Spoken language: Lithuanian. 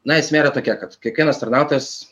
na esmė yra tokia kad kiekvienas tarnautojas